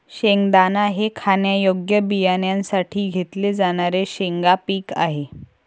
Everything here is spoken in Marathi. शेंगदाणा हे खाण्यायोग्य बियाण्यांसाठी घेतले जाणारे शेंगा पीक आहे